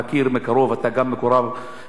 אתה גם מקורב לעדה הדרוזית.